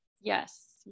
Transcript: Yes